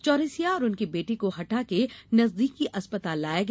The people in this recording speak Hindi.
चौरसिया और उनके बेटे को हटा के नजदीकी अस्पताल लाया गया